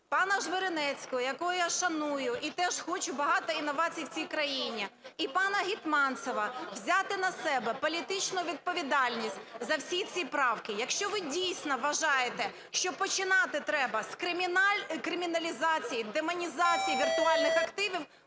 пана Жмеренецького, якого я шаную і теж хочу багато інновацій в цій країні, і пана Гетманцева взяти на себе політичну відповідальність за всі ці правки. Якщо ви, дійсно, вважаєте, що починати треба з криміналізації, демонізації віртуальних активів